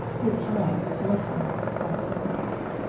his eyes glistening with spiteful thoughts,